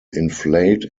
inflate